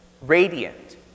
radiant